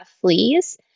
fleas